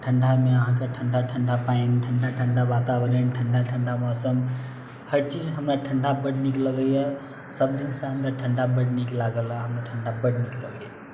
ठण्डामे अहाँके ठण्डा ठण्डा पानि ठण्डा ठण्डा वातावरण ठण्डा ठण्डा मौसम हर चीज हमरा ठण्डा बड़ नीक लगैए सब दिनसँ हमरा ठण्डा बड़ नीक लागल हँ आओर हमरा ठण्डा बड़ नीक लगैए